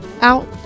out